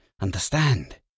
understand